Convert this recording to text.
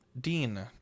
Dean